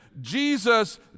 Jesus